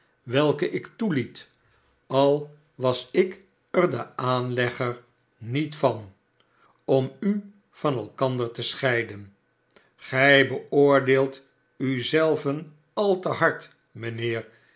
welke ik toeliet al was ik er de aanlegger niet van om u van elkander te scheiden gij beoordeelt u zelven al te hard mijnheer